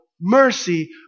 mercy